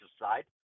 side